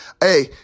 Hey